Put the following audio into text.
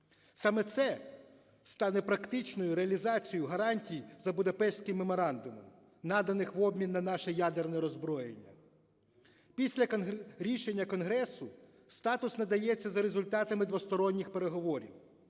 Саме це стане практичною реалізацією гарантій за Будапештським меморандумом, наданих в обмін на наше ядерне роззброєння. Після рішення Конгресу статус надається за результатами двосторонніх переговорів.